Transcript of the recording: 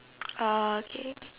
uh K